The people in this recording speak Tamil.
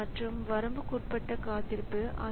எனவே இது ப்ராஸஸருக்கு ஒரு குறுக்கீட்டை அனுப்புகிறது